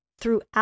throughout